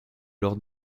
lors